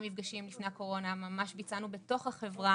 המפגשים שנערכו לפני הקורונה ממש בוצעו בתוך החברה